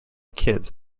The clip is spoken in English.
kids